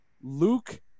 Luke